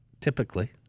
Typically